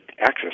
access